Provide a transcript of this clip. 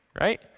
right